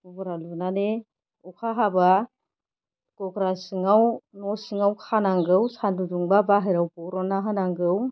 गग्रा लुनानै अखा हाबा गग्रा सिङाव न' सिङाव खानांगौ सानदुं दुंबा बाहेरायाव बरनना होनांगौ